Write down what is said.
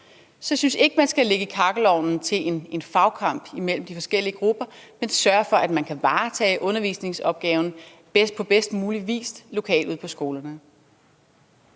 Så jeg synes ikke, at man skal lægge i kakkelovnen til en fagkamp imellem de forskellige grupper, men sørge for, at man kan varetage undervisningsopgaven på bedst mulig vis lokalt ude på skolerne.